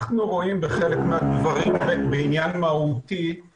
אנחנו רואים בחלק המדברים בעניין מהותי את